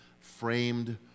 framed